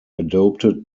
adopted